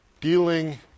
dealing